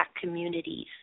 communities